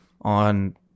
on